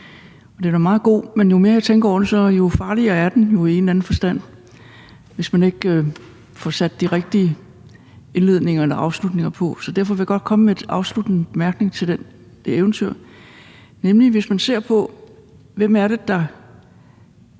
Det er meget godt. Men jo mere, jeg tænker over det, jo farligere er den i en eller anden forstand, hvis man ikke får sat de rigtige indledninger eller afslutninger på. Så derfor vil jeg godt komme med en afsluttende bemærkning til det eventyr. Hvis man ser på, hvem det er, der